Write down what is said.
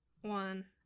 one